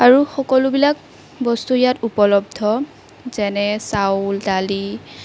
আৰু সকলোবিলাক বস্তু ইয়াত উপলব্ধ যেনে চাউল দালি